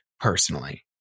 personally